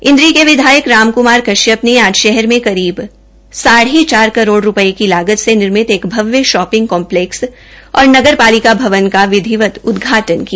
इन्द्रीय के विधायक राम कुमार कश्यप ने आज शहर में करीब साढ़ चार करोड़ रूपये की लागत से निर्मित एक भव्य शॉपिंग कॉम्लैक्स और नगर पालिका भवन का विधिवत उदघाटन किया